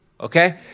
Okay